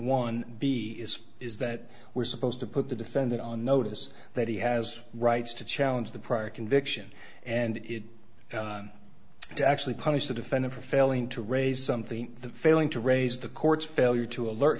one b is is that we're supposed to put the defendant on notice that he has rights to challenge the prior conviction and it does actually punish the defendant for failing to raise something the failing to raise the court's failure to alert